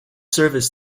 service